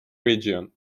region